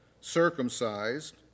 circumcised